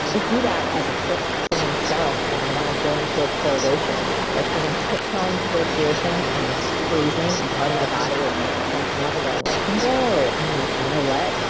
i do that as a trick for myself when i want to go into a cold ocean. like as i'm tiptoeing towards the ocean and it's freezing and part of my body is kind of clenching up and going, like no! i'm like you know what?